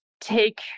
take